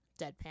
deadpan